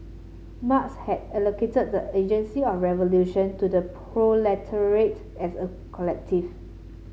Marx had allocated the agency of revolution to the proletariat as a collective